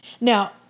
Now